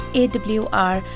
awr